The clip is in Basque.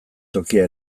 tokia